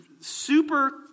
super